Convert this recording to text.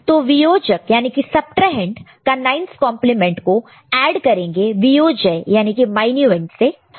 तो वियोजक subtrahend subtrahend का 9's कंप्लीमेंट को ऐड करेंगे वियोज्य माइन्यूएंड minuend से